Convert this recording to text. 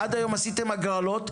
עד היום עשיתם הגרלות,